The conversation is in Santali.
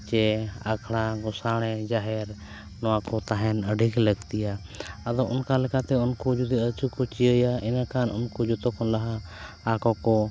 ᱪᱮ ᱟᱠᱷᱟᱲ ᱜᱚᱸᱥᱟᱲᱮ ᱡᱟᱦᱮᱨ ᱱᱚᱣᱟ ᱠᱚ ᱛᱟᱦᱮᱱ ᱟᱹᱰᱤ ᱜᱮ ᱞᱟᱹᱠᱛᱤᱭᱟ ᱟᱫᱚ ᱚᱱᱠᱟ ᱞᱮᱠᱟᱛᱮ ᱩᱱᱠᱩ ᱡᱩᱫᱤ ᱟᱛᱳ ᱠᱚ ᱪᱤᱭᱟᱹᱭᱟ ᱤᱱᱟᱹ ᱠᱷᱟᱱ ᱩᱱᱠᱩ ᱡᱚᱛᱚ ᱠᱷᱚᱱ ᱞᱟᱦᱟ ᱟᱠᱚ ᱠᱚ